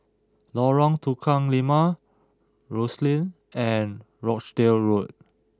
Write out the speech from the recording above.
Lorong Tukang Lima Rosyth and Rochdale Road